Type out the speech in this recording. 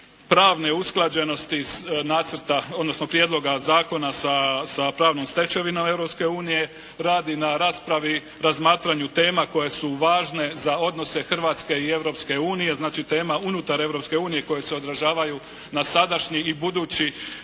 pravne usklađenosti nacrta odnosno prijedloga zakona sa pravnom stečevinom Europske unije, radi na raspravi razmatranju tema koje su važne za odnose Hrvatske i Europske unije, znači tema unutar Europske unije koje se odražavaju na sadašnji i budući